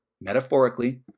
metaphorically